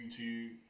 YouTube